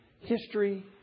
History